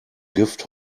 gift